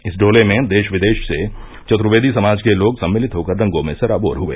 इस डोले में देश विदेश से चतुर्वेदी समाज के लोग सम्मिलित होकर रंगों में सराबोर हुए